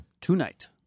Tonight